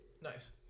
Nice